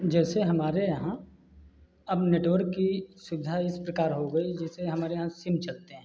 जैसे हमारे यहाँ अब नेटवर्क की सुविधा इस प्रकार हो गई है जैसे हमारे यहाँ सिम चलते हैं